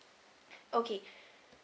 okay